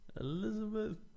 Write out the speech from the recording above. Elizabeth